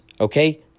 Okay